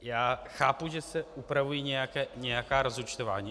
Já chápu, že se upravují nějaká rozúčtování.